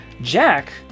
Jack